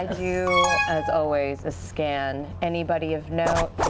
i do, as always, a scan. anybody of note?